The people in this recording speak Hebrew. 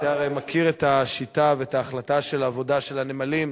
אתה הרי מכיר את השיטה ואת ההחלטה של העבודה של הנמלים,